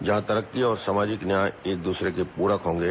जहाँ तरकी और सामाजिक न्याय एक दूसरे के पूरक होंगे